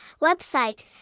website